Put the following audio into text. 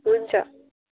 हुन्छ